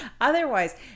Otherwise